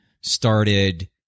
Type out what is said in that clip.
started